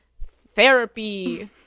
therapy